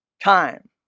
time